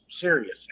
serious